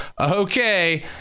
Okay